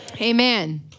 Amen